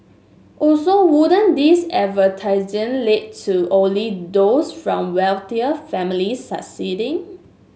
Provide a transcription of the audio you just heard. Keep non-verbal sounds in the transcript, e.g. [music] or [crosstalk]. also wouldn't this [unintelligible] lead to only those from wealthier families succeeding